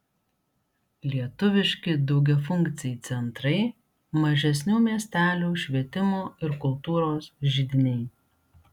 lietuviški daugiafunkciai centrai mažesnių miestelių švietimo ir kultūros židiniai